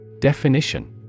Definition